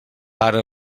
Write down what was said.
ara